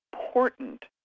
important